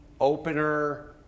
opener